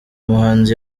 muhanzi